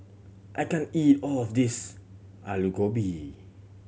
I can't eat all of this Aloo Gobi